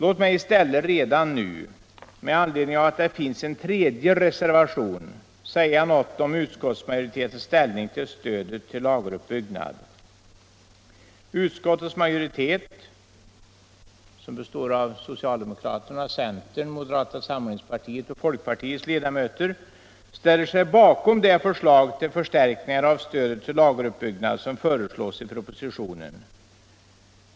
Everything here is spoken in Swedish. Låt mig i stället redan nu, med anledning av att det finns en tredje reservation, säga något om utskottsmajoritetens ställningstagande när det gäller stödet till lageruppbyggnad. Utskottets majoritet, som består av socialdemokraternas, centerns, moderata samlingspartiets och folkpartiets ledamöter, ställer sig bakom de förslag till förstärkning av stödet till lageruppbyggnad som framförs i propositionen.